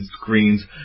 screens